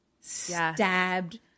stabbed